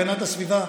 הגנת הסביבה,